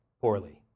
poorly